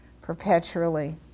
perpetually